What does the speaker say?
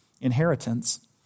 inheritance